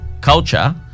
culture